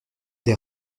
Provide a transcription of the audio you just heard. des